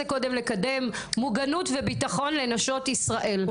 זה קודם לקדם מוגנות וביטחון לנשות ישראל,